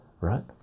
right